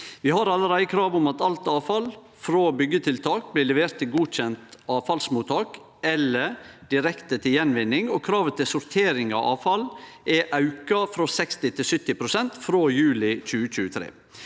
Vi har allereie krav om at alt avfall frå byggjetiltak blir levert til godkjent avfallsmottak eller direkte til gjenvinning, og kravet til sortering av avfall er auka frå 60 til 70 pst. frå juli 2023.